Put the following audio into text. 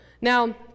Now